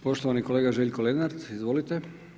Poštovani kolega Željko Lenart, izvolite.